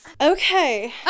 okay